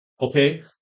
okay